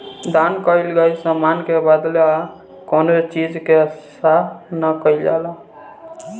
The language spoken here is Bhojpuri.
दान कईल गईल समान के बदला कौनो चीज के आसा ना कईल जाला